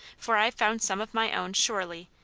for i've found some of my own, surely,